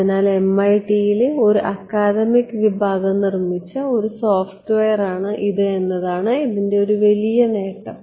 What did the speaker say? അതിനാൽ MIT യിലെ ഒരു അക്കാദമിക് വിഭാഗം നിർമ്മിച്ച ഒരു സോഫ്റ്റ്വെയറാണ് ഇത് എന്നതാണ് ഇതിന്റെ ഒരു വലിയ നേട്ടം